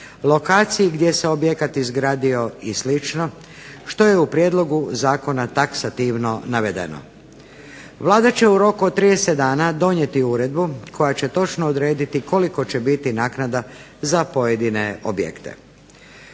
lokaciji gdje se objekat izgradio i slično što je u prijedlogu zakona taksativno navedeno. Vlada će u roku od 30 dana donijeti uredbu koja će točno odrediti kolika će biti naknada za pojedine objekte.